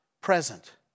present